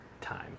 time